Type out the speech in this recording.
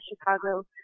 Chicago